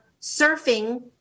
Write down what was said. surfing